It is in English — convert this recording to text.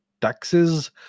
taxes